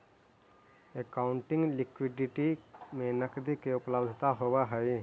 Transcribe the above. accounting liquidity में नकदी के उपलब्धता होवऽ हई